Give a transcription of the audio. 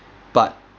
but